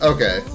Okay